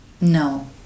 No